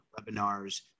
webinars